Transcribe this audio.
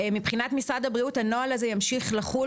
מבחינת משרד הבריאות, הנוהל הזה ימשיך לחול